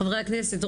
חברי הכנסת,